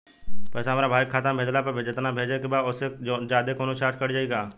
पैसा हमरा भाई के खाता मे भेजला पर जेतना भेजे के बा औसे जादे कौनोचार्ज कट जाई का?